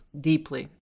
Deeply